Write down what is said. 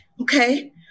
okay